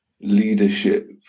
leadership